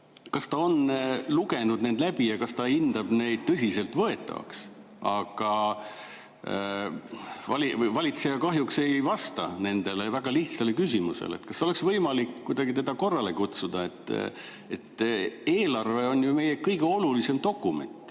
kas ta on lugenud läbi ja kas ta hindab neid tõsiseltvõetavaks. Valitseja kahjuks ei vasta nendele väga lihtsatele küsimustele. Kas oleks võimalik kuidagi teda korrale kutsuda? Eelarve on meie kõige olulisem dokument,